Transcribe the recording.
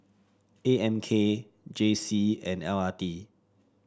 A M K J C and L R T